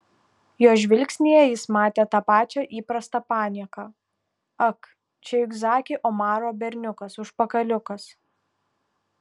jo žvilgsnyje jis matė tą pačią įprastą panieką ak čia juk zaki omaro berniukas užpakaliukas